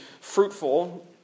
fruitful